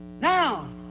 now